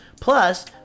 plus